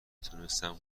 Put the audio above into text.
تونستم